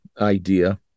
idea